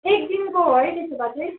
एकदिनको है त्यसो भए चाहिँ